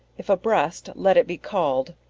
if a breast let it be cauled,